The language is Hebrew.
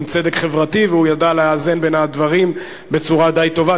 צדק חברתי והוא ידע לאזן בין הדברים בצורה די טובה.